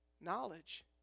knowledge